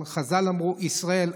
חז"ל אמרו: ישראל,